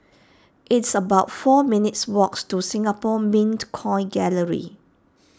it's about four minutes' walk to Singapore Mint Coin Gallery